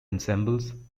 ensembles